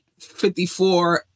54